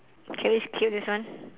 can we skip this one